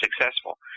successful